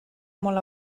molt